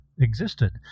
existed